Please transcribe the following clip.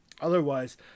Otherwise